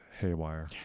haywire